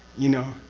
you know?